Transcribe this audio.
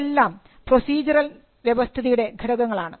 ഇതെല്ലാം പ്രൊസീജറൽ വ്യവസ്ഥിതിയുടെ ഘടകങ്ങളാണ്